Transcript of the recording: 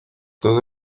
todo